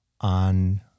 on